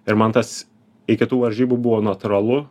ir man tas iki tų varžybų buvo natūralu